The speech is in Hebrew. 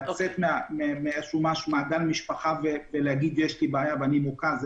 לצאת מהמעגל המשפחתי ולהגיד שיש לי בעיה ואני אישה מוכה,